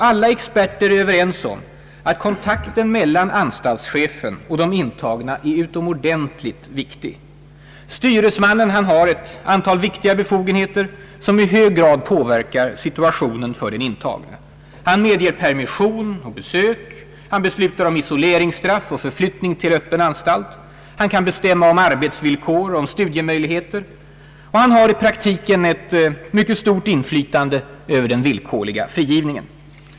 Alla experter är överens om att kontakten mellan anstaltschefen och de intagna är utomordentligt viktig. Styresmannen har ett antal viktiga befogenheter, som i hög grad påverkar situationen för den intagne: han medger permission och besök, han beslutar om isoleringsstraff och förflyttning till öppen anstalt, han kan bestämma om arbetsvillkor och studiemöjligheter, och han har i praktiken ett mycket stort inflytande över den villkorliga frigivningen.